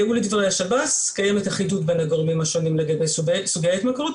לדברי השב"ס קיימת אחידות בין הגורמים השונים לגבי סוגי ההתמכרות,